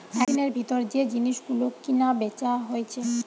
একদিনের ভিতর যে জিনিস গুলো কিনা বেচা হইছে